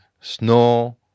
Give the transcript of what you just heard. snow